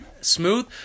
smooth